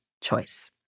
choice